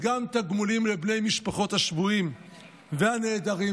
גם תגמולים לבני משפחות השבויים והנעדרים,